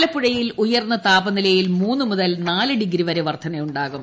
ആലപ്പുഴയിൽ ഉയർന്ന താപനിലയിൽ മൂന്നു മുതൽ നാലു ഡിഗ്രി വരെ വർദ്ധനയുണ്ടാകും